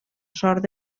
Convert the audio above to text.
sort